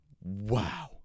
Wow